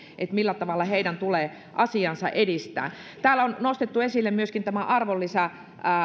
millä tavalla heidän tulee asiaansa edistää täällä on nostettu esille myöskin tämä